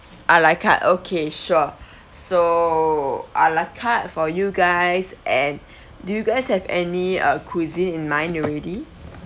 a la carte okay sure so a la carte for you guys and do you guys have any uh cuisine in mind already